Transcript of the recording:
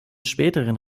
späteren